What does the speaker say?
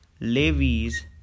levies